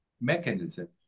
mechanism